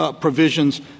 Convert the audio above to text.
provisions